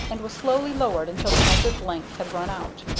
and was slowly lowered until the measured length had run out.